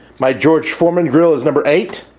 my george foreman's grill is number eight,